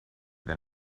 than